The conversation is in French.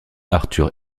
arthur